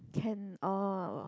can uh